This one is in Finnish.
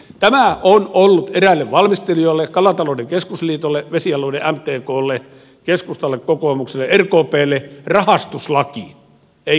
tämä on ollut eräille valmistelijoille kalatalouden keskusliitolle vesialueille mtklle keskustalle kokoomukselle rkplle rahastuslaki ei kalastuslaki